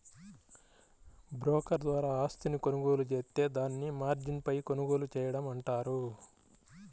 broker ద్వారా ఆస్తిని కొనుగోలు జేత్తే దాన్ని మార్జిన్పై కొనుగోలు చేయడం అంటారు